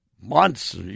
months